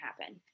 happen